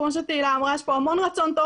כמו שתהלה אמרה יש פה המון רצון טוב